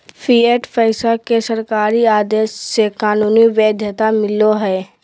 fiat पैसा के सरकारी आदेश से कानूनी वैध्यता मिलो हय